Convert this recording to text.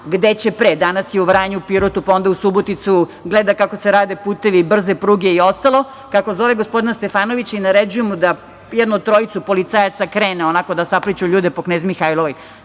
gde će pre, danas je u Vranju, Pirotu, pa onda u Subotici, gleda kako se rade putevi, brze pruge i ostalo, kako zove gospodina Stefanovića i naređuje mu da jedno trojica policajaca krene i da onako sapliću ljude po Knez Mihajlovoj.